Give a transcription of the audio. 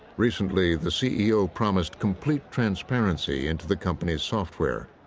recently, the c e o. promised complete transparency into the company's software,